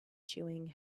chewing